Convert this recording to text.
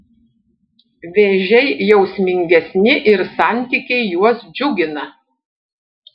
vėžiai jausmingesni ir santykiai juos džiugina